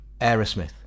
Aerosmith